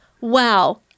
Wow